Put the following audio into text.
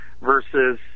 versus